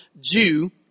Jew